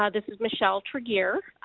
ah this is michelle tregear,